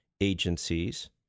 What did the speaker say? agencies